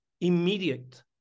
immediate